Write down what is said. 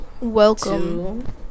Welcome